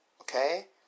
Okay